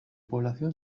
población